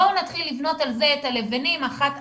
בואו נתחיל לבנות על זה את הלבנים אחת,